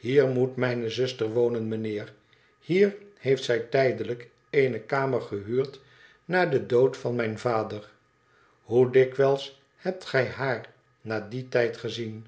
ihier moet mijne zuster wonen mijnheer hier heeft zij tijdelijk eene kamer gehuurd na den dood van mijn vader hoe dikwijls hebt gij haar na dien tijd gezien